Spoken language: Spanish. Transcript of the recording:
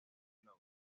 logros